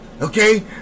Okay